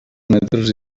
metres